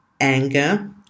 anger